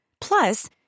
Plus